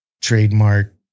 trademark